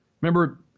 Remember